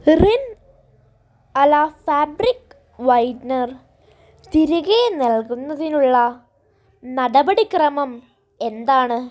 Rin Ala fabric whitener തിരികേ നൽകുന്നതിനുള്ള നടപടി ക്രമം എന്താണ്